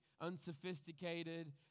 unsophisticated